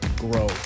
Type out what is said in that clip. grow